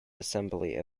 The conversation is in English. assembly